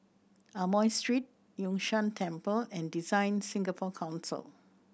Amoy Street Yun Shan Temple and DesignSingapore Council